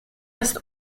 ist